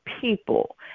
people